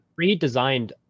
Redesigned